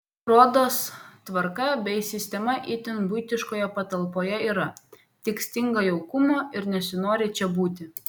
rodos tvarka bei sistema itin buitiškoje patalpoje yra tik stinga jaukumo ir nesinori čia būti